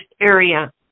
area